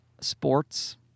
sports